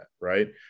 right